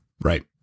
Right